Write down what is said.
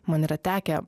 man yra tekę